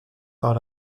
par